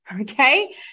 okay